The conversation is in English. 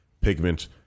pigment